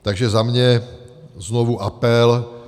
Takže za mě znovu apel.